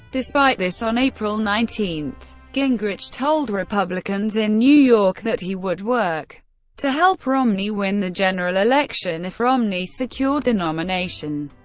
despite this, on april nineteen, gingrich told republicans in new york that he would work to help romney win the general election if romney secured the nomination.